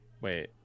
wait